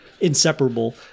inseparable